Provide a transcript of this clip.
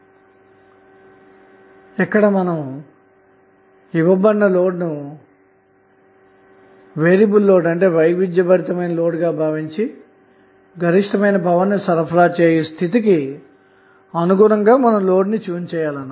కాబట్టి ఇక్కడ ఇవ్వబడిన లోడ్ ను వేరియబుల్ లోడ్ గా భావించి గరిష్టమైన పవర్ ని సరఫరా చేసే స్థితికి అనుగుణంగా మనం లోడ్ ను ట్యూన్ చేయాలి